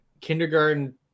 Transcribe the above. kindergarten